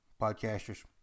podcasters